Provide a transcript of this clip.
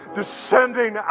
descending